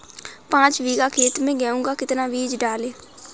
पाँच बीघा खेत में गेहूँ का कितना बीज डालें?